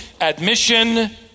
admission